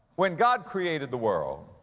when god created the world,